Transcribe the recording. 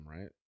right